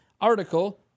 article